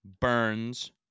Burns